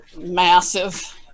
massive